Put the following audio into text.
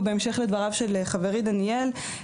ובהמשך לדבריו של חברי דניאל,